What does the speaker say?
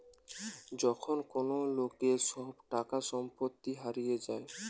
যখন কোন লোকের সব টাকা সম্পত্তি হারিয়ে যায়